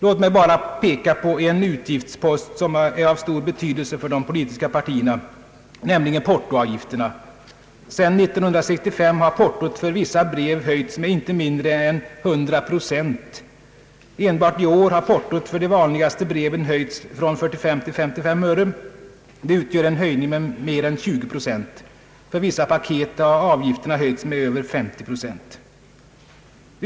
Låt mig bara peka på en utgiftspost som är av stor betydelse för de politiska partierna, nämligen portoavgifterna! Sedan 1965 har portot för vissa brev höjts med inte mindre än 100 procent. Enbart i år har portot för de vanligaste breven höjts från 45 till 55 öre — alltså med mer än 20 procent. För vissa paket har avgiften höjts med över 50 procent.